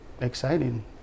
Exciting